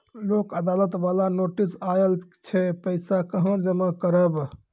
लोक अदालत बाला नोटिस आयल छै पैसा कहां जमा करबऽ?